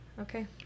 Okay